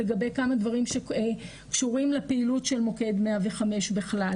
לגבי כמה דברים קשורים לפעילות של מוקד 105 בכלל,